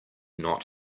not